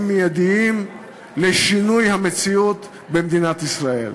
מיידיים לשינוי המציאות במדינת ישראל.